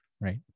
right